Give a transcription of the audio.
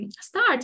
start